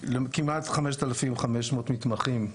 כמעט 5500 מתמחים,